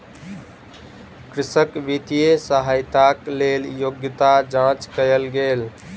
कृषक वित्तीय सहायताक लेल योग्यता जांच कयल गेल